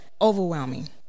overwhelming